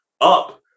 up